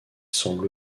semble